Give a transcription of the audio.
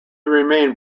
remained